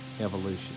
evolution